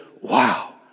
wow